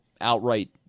outright